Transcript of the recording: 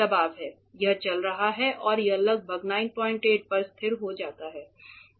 यह चल रहा है और यह लगभग 98 पर स्थिर हो जाता है